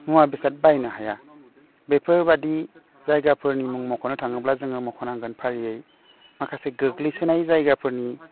मुवा बेसाद बायनो हाया बेफोर बायदि जायगाफोरनि मुं मख'नो थाङोब्ला जोङो मखनांगोन फारियै माखासे गोग्लैसोनाय जागानि